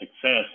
success